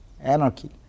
anarchy